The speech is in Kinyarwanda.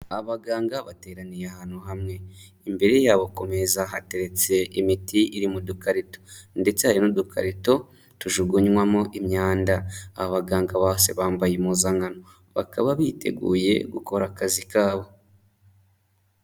Abaganga bateraniye ahantu hamwe imbere yabo ku meza hateretse imiti iri mu dukarito ndetse hari n'udukarito tujugunywamo imyanda, abaganga bose bambaye impuzankano bakaba biteguye gukora akazi kabo.